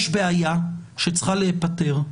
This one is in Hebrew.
יש בעיה שצריכה להיפתר.